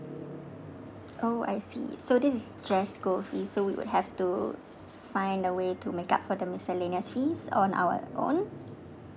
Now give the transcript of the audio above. oh I see so this is just school fee so we would have to find the way to make up for the miscellaneous fees on our own